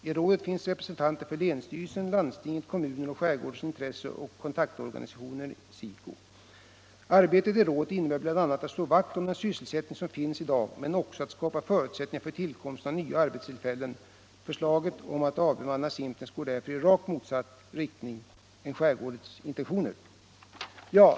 I rådet finns representanter för länsstyrelsen, landstinget, kommuner och skärgårdens intresseoch kontaktorganisation SIKO. Arbetet i rådet innebär bl.a. att slå vakt om den sysselsättning som finns i dag men också att skapa förutsättningar för tillkomsten av nya arbetstillfällen. Förslaget om att avbemanna Simpnäs går därför i rakt motsatt riktning mot skärgårdsrådets intentioner. Herr talman!